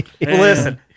Listen